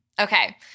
Okay